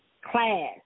class